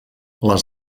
les